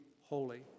holy